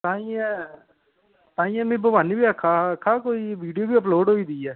ताइयें ताइयें में भवानी बी आक्खा आक्खा दा कोई वीडियो बी अपलोड होई दी ऐ